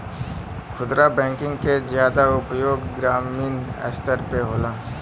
खुदरा बैंकिंग के जादा उपयोग ग्रामीन स्तर पे होला